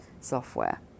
software